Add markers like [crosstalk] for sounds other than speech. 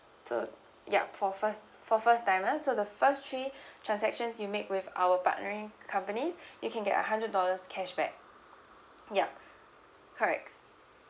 so yup for first for first timer so the first three [breath] transactions you make with our partnering company [breath] you can get a hundred dollars cashback yup correct